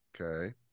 Okay